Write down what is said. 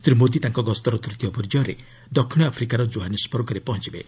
ଶ୍ରୀ ମୋଦି ତାଙ୍କ ଗସ୍ତର ତୃତୀୟ ପର୍ଯ୍ୟାୟରେ ଦକ୍ଷିଣ ଆଫ୍ରିକାର ଜୋହାନ୍ସବର୍ଗରେ ପହଞ୍ଚବେ